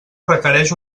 requereix